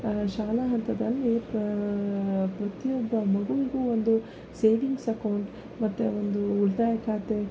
ಶಾಲಾ ಹಂತದಲ್ಲಿ ಪ್ರತಿಯೊಬ್ಬ ಮಗುವಿಗೂ ಒಂದು ಸೇವಿಂಗ್ಸ್ ಅಕೌಂಟ್ ಮತ್ತು ಒಂದು ಉಳಿತಾಯ ಖಾತೆ